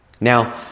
Now